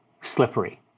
slippery